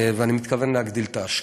ואני מתכוון להגדיל את ההשקעות.